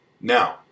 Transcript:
Now